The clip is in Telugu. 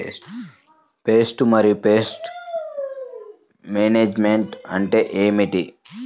పెస్ట్ మరియు పెస్ట్ మేనేజ్మెంట్ అంటే ఏమిటి?